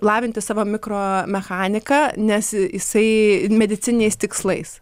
lavinti savo mikromechaniką nes jisai medicininiais tikslais